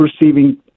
receiving